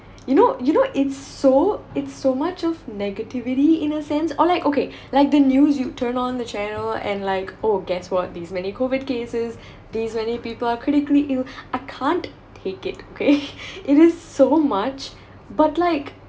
you know you know it's so it's so much of negativity in a sense or like okay like the news you turn on the channel and like oh guess what these many COVID cases these many people are critically ill I can't take it okay it is so much but like